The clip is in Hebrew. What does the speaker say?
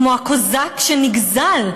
כמו הקוזק שנגזל.